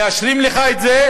מאשרים לך את זה